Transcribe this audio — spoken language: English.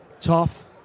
tough